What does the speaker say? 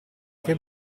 che